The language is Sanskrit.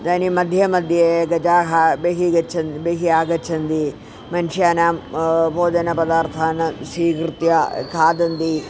इदानीं मध्ये मध्ये गजाः बहिः गच्छन् बहिः आगच्छन्ति मनुष्याणां भोजनपदार्थान् स्वीकृत्य खादन्ति